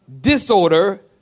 disorder